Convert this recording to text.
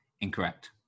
Incorrect